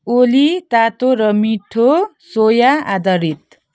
ओली तातो र मिठो सोया आधारित